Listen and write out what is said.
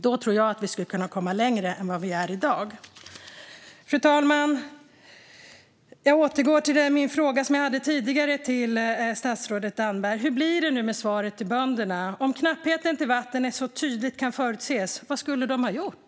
Då tror jag att vi skulle kunna komma längre än vi gör i dag. Fru talman! Jag återgår till den fråga som jag ställde tidigare till statsrådet Damberg. Hur blir det nu med svaret till bönderna? Om knappheten när det gäller vatten så tydligt kan förutses - vad skulle de ha gjort?